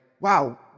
wow